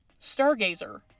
stargazer